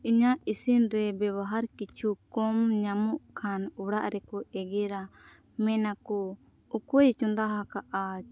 ᱤᱧᱟᱹᱜ ᱤᱥᱤᱱᱨᱮ ᱵᱮᱵᱚᱦᱟᱨ ᱠᱤᱪᱷᱩ ᱠᱚᱢ ᱧᱟᱢᱚᱜ ᱠᱷᱟᱱ ᱚᱲᱟᱜᱨᱮᱠᱚ ᱮᱜᱮᱨᱟ ᱢᱮᱱᱟᱠᱚ ᱚᱠᱚᱭᱮ ᱪᱚᱸᱫᱟ ᱦᱟᱠᱟᱫᱼᱟ